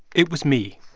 it was me.